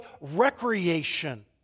recreation